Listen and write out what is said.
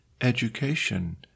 education